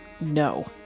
No